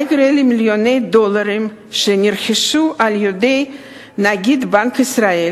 מה יקרה למיליוני דולרים שנרכשו על-ידי נגיד בנק ישראל,